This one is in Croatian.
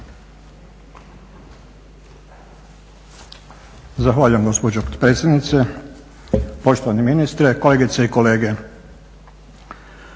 Zahvaljujem gospođo potpredsjednice, poštovani ministre, kolegice i kolege.